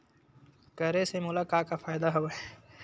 करे से मोला का का फ़ायदा हवय?